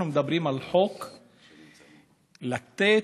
אנחנו מדברים על חוק כדי לתת